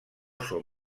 són